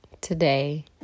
today